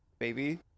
baby